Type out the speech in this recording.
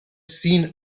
seen